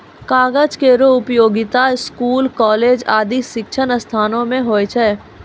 कागज केरो उपयोगिता स्कूल, कॉलेज आदि शिक्षण संस्थानों म होय छै